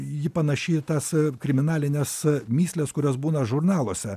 ji panaši į tas kriminalines mįsles kurios būna žurnaluose